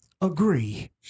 agree